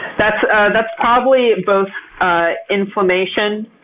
that's ah that's probably both inflammation,